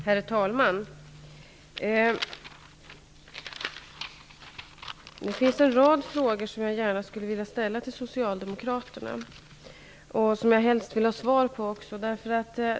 Herr talman! Det finns en rad frågor som jag gärna skulle vilja ställa till Socialdemokraterna och som jag helst vill ha svar på.